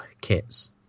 kits